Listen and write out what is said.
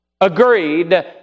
agreed